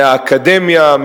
מהאקדמיה,